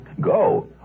Go